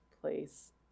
place